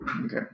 Okay